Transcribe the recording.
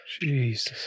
Jesus